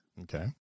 Okay